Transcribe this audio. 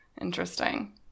Interesting